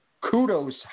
Kudos